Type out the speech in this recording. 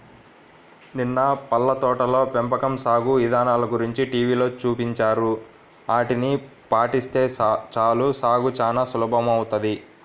నిన్న పళ్ళ తోటల పెంపకం సాగు ఇదానల గురించి టీవీలో చూపించారు, ఆటిని పాటిస్తే చాలు సాగు చానా సులభమౌతది